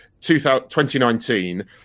2019